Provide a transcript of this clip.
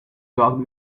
talked